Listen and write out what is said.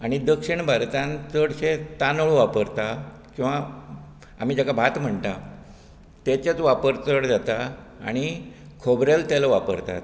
आनी दक्षीण भारतांत चडशें तांदूळ वापरतात किंवा आमी जाका भात म्हणटा ताचोच वापर चड जाता आनी खोबरेल तेल वापरतात